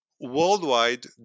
worldwide